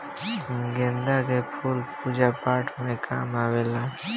गेंदा के फूल पूजा पाठ में काम आवेला